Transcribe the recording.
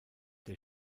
der